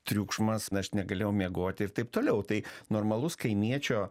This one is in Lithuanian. triukšmas aš negalėjau miegoti ir taip toliau tai normalus kaimiečio